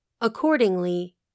Accordingly